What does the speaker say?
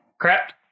Crap